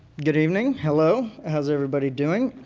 good evening. hello! how is everybody doing?